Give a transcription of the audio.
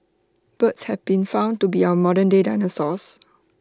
birds have been found to be our modernday dinosaurs